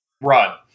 Run